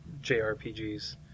JRPGs